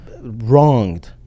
wronged